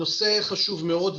זה נושא חשוב מאוד,